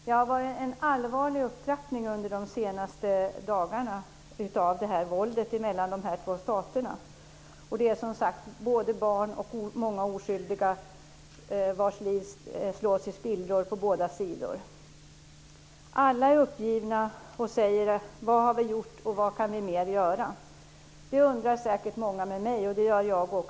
Det har under de senaste dagarna varit en allvarlig upptrappning av våldet mellan dessa två stater. Och det är som sagt både barn och många andra oskyldiga på båda sidor vilkas liv slås i spillror. Alla är uppgivna och undrar vad de har gjort och vad de mer kan göra. Det undrar säkert många med mig.